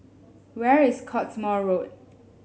where is Cottesmore Road